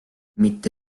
mitte